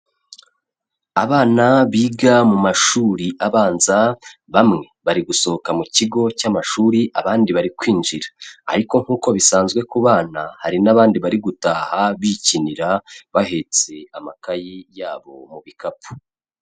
Abana biga mu mashuri abanza bamwe bari gusohoka mu kigo cy'amashuri, abandi bari kwinjira ariko nk'uko bisanzwe ku bana hari n'abandi bari gutaha bikinira, bahetse amakayi yabo mu bikapu.